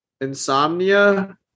insomnia